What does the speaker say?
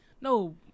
No